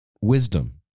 wisdom